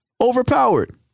overpowered